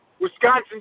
Wisconsin